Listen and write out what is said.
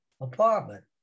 apartment